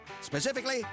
specifically